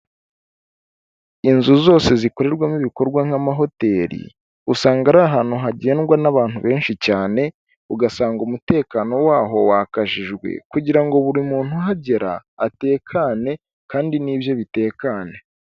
Inzu zose zikorerwamo ibikorwa nk'amahoteli, usanga ari ahantu hagendwa n'abantu benshi cyane ugasanga umutekano waho wakajijwe kugira ngo buri muntu uhagera atekane kandi nibye bitekanye.